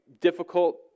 difficult